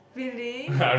really